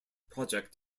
project